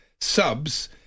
subs